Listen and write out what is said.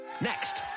Next